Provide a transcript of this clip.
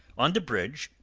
on the bridge,